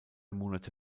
monate